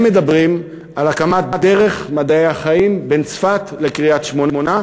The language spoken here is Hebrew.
הם מדברים על הקמת "דרך מדעי החיים" בין צפת לקריית-שמונה,